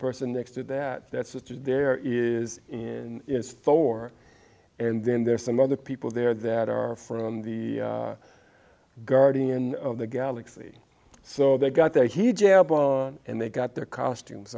person next to that that's just there is in store and then there are some other people there that are from the guardian of the galaxy so they got there he jab on and they got their costumes